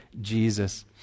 Jesus